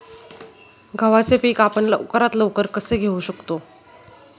गव्हाचे पीक आपण लवकरात लवकर कसे घेऊ शकतो?